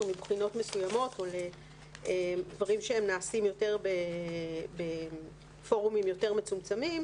מבחינות מסוימות או לדברים שנעשים יותר בפורומים יותר מצומצמים,